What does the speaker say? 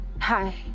Hi